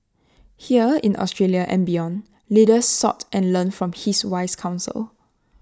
here in Australia and beyond leaders sought and learned from his wise counsel